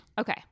okay